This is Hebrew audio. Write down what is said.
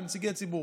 כנציגי ציבור: